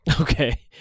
Okay